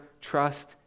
trust